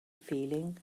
feeling